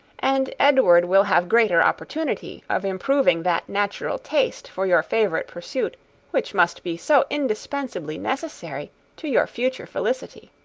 and edward will have greater opportunity of improving that natural taste for your favourite pursuit which must be so indispensably necessary to your future felicity.